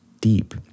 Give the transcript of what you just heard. deep